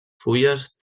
fulles